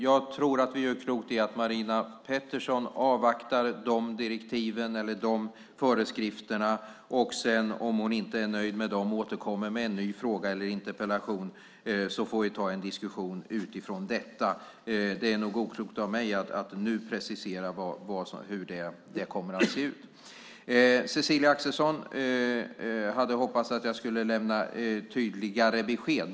Jag tror att Marina Pettersson gör klokt i att avvakta de föreskrifterna, och om hon inte är nöjd med dem återkommer med en ny fråga eller interpellation så får vi ta en diskussion utifrån det. Det är nog oklokt av mig att nu precisera hur det kommer att se ut. Christina Axelsson hade hoppats att jag skulle lämna tydligare besked.